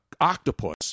octopus